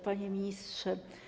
Panie Ministrze!